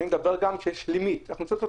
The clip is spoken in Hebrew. אני מדבר גם על זה שאנחנו צריכים לעשות